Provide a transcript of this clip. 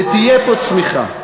ותהיה פה צמיחה.